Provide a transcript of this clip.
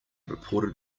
reported